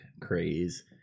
craze